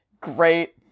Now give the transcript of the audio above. great